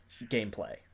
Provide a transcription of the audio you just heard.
gameplay